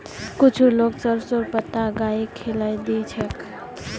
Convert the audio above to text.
कुछू लोग सरसोंर पत्ता गाइक खिलइ दी छेक